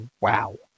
wow